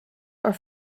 are